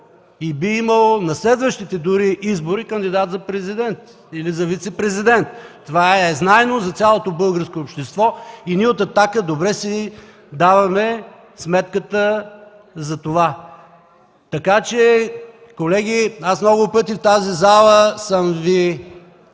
на следващите избори за кандидат за президент или за вицепрезидент. Това е знайно за цялото българско общество и ние от „Атака” добре си даваме сметка за това. Така че, колеги, много пъти в тази зала съм Ви